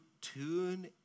tune